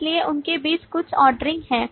इसलिए उनके बीच कुछ ऑर्डरिंग है